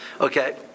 Okay